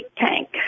tank